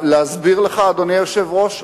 אדוני היושב-ראש,